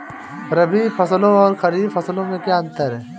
रबी फसलों और खरीफ फसलों में क्या अंतर है?